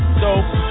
dope